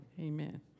Amen